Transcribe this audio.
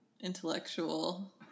intellectual